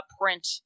print